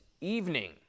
evening